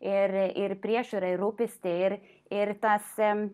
ir ir priežiūrą ir rūpestį ir ir tas